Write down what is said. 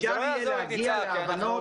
אפשר יהיה להגיע להבנות,